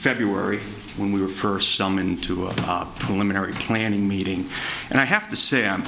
february when we were first some into our pulmonary planning meeting and i have to say